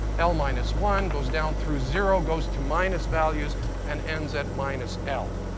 l minus one, goes down through zero, goes to minus values and ends at minus l.